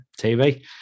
TV